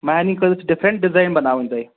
مہارنہِ خٲطرٕ چھِ different design بَناوٕنۍ تۄہہِ